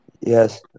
yes